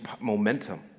Momentum